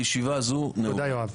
הישיבה הזו נעולה.